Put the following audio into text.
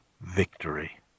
victory